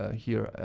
ah here,